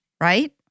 right